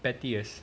pettiest